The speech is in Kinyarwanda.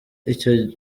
icyo